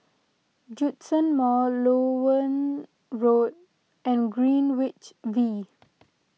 Djitsun Mall Loewen Road and Greenwich V